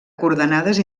coordenades